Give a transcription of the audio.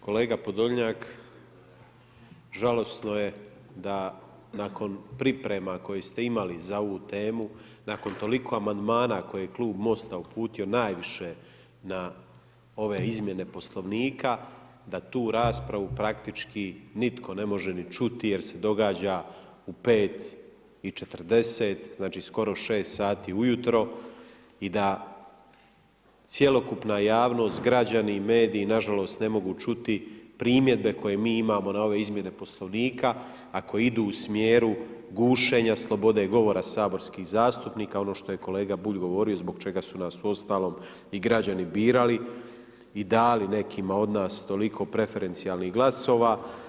Kolega Podolnjak žalosno je da nakon priprema koje ste imali za ovu temu, nakon toliko amandmana koje je Klub Mosta uputio najviše na ove izmjene Poslovnika, da tu raspravu praktički nitko ne može ni čuti jer se događa u 5 i 40, znači skoro 6 sati ujutro i da cjelokupna jasnost, građani i mediji na žalost ne mogu čuti primjedbe koje mi imamo na ove izmjene Poslovnika a koje idu u smjeru gušenja slobode govora saborskih zastupnika ono što je kolega Bulj govorio zbog čega su nas uostalom i građani birali i dali nekima od nas toliko preferencijalnih glasova.